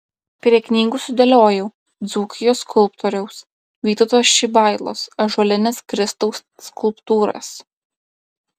prie knygų sudėliojau dzūkijos skulptoriaus vytauto šibailos ąžuolines kristaus skulptūras